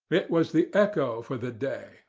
it was the echo for the day,